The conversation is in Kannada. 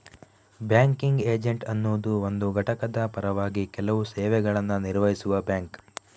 ಬ್ಯಾಂಕಿಂಗ್ ಏಜೆಂಟ್ ಅನ್ನುದು ಒಂದು ಘಟಕದ ಪರವಾಗಿ ಕೆಲವು ಸೇವೆಗಳನ್ನ ನಿರ್ವಹಿಸುವ ಬ್ಯಾಂಕ್